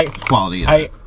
quality